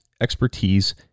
expertise